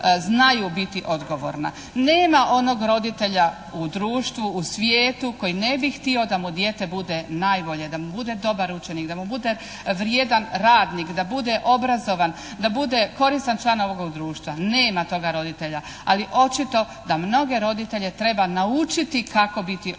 znaju biti odgovorna. Nema onog roditelja u društvu, u svijetu, koji ne bi htio da mu dijete bude najbolje, da mu bude dobar učenik, da mu bude vrijedan radnik, da bude obrazovan, da bude koristan član ovog društva. Nema toga roditelja. Ali očito da mnoge roditelj treba naučiti kako biti odgovorni